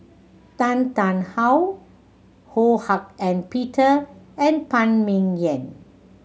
Tan Tarn How Ho Hak Ean Peter and Phan Ming Yen